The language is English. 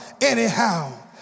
anyhow